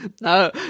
No